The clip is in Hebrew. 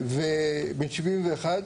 בן 71,